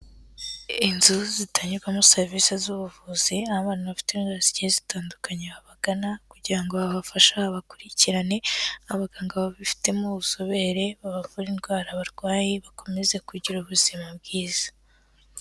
Inzu zitangirwamo serivisi z'ubuvuzi, aho abantu bafite indwara zigiye zitandukanye babagana kugira ngo babafashe babakurikirane, aho abaganga babifitemo ubuzobere babavura indwara barwaye bakomeze kugira ubuzima bwiza.